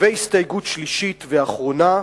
הסתייגות שלישית ואחרונה,